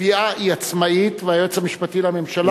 התביעה היא עצמאית, והיועץ המשפטי לממשלה,